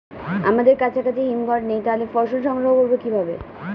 আমাদের কাছাকাছি হিমঘর নেই তাহলে ফসল সংগ্রহ করবো কিভাবে?